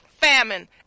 famine